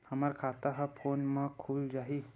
हमर खाता ह फोन मा खुल जाही?